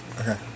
Okay